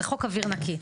זה חוק אוויר נקי.